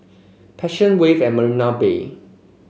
Passion Wave at Marina Bay